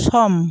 सम